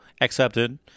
accepted